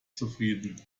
zufrieden